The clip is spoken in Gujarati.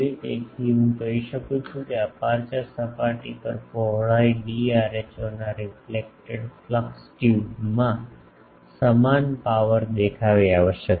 તેથી હું કહી શકું છું કે અપેર્ચર સપાટી પર પહોળાઈ ડી rho ના રિફલેકટેડ ફ્લક્સ ટ્યુબમાં સમાન પાવર દેખાવી આવશ્યક છે